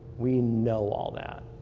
we know all that.